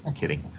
and kidding.